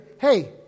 hey